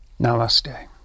Namaste